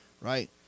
right